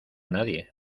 nadie